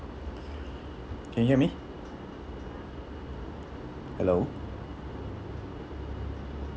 can you hear me hello